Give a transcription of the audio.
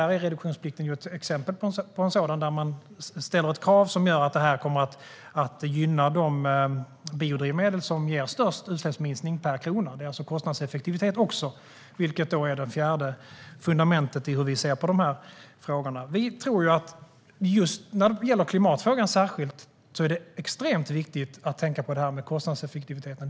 Reduktionsplikten är ett exempel på en sådan, där man ställer ett krav som innebär att detta kommer att gynna de biodrivmedel som ger störst utsläppsminskning per krona. Det är alltså kostnadseffektivitet också, vilket då är det fjärde fundamentet i vår syn på dessa frågor. Just när det gäller klimatfrågan är det extremt viktigt att tänka på kostnadseffektiviteten.